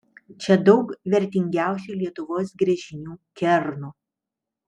čia daug vertingiausių lietuvos gręžinių kernų